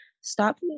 stop